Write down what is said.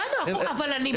הבנו, אבל אני יודעת את זה.